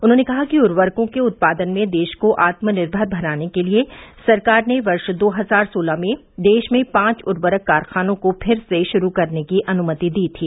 उन्होंने कहा कि उर्वरकों के उत्यादन में देश को आत्मनिर्मर बनाने के लिए सरकार ने वर्ष दो हजार सोलह में देश में पांच उर्वरक कारखानों को फिर से शुरू करने की अनुमति दी थी